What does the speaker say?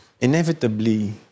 Inevitably